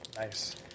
Nice